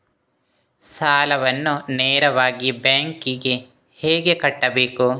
ಸಾಲವನ್ನು ನೇರವಾಗಿ ಬ್ಯಾಂಕ್ ಗೆ ಹೇಗೆ ಕಟ್ಟಬೇಕು?